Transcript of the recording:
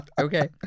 Okay